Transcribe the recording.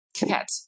cat